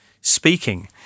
speaking